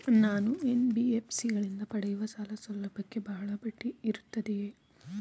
ನಾನು ಎನ್.ಬಿ.ಎಫ್.ಸಿ ಗಳಿಂದ ಪಡೆಯುವ ಸಾಲ ಸೌಲಭ್ಯಕ್ಕೆ ಬಹಳ ಬಡ್ಡಿ ಇರುತ್ತದೆಯೇ?